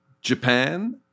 Japan